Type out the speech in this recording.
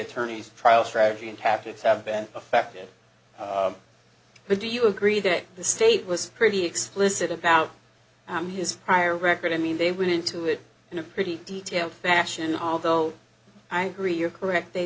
attorneys trial strategy and tactics have been affected but do you agree that the state was pretty explicit about i'm his prior record i mean they went into it in a pretty detail fashion although i agree you're correct they